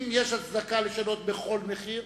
אם יש הצדקה לשנות בכל מחיר,